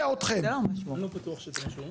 זו לא סוגיה אחרת, זאת הסוגייה.